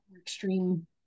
extreme